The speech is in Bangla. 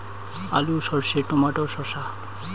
আলু সর্ষে টমেটো শসা